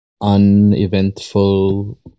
uneventful